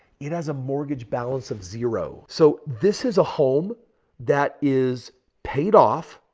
it has a mortgage balance of zero. so, this is a home that is paid off.